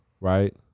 right